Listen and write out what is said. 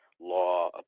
law